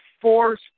force